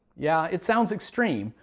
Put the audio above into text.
yeah, it sounds extreme,